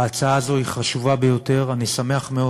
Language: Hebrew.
ההצעה הזאת היא חשובה ביותר, ואני שמח מאוד